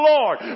Lord